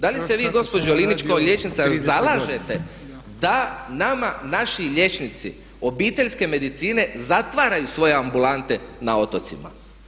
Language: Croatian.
Da li se vi gospođo Linić kao liječnica zalažete da nama naši liječnici obiteljske medicine zatvaraju svoje ambulante na otocima?